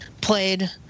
played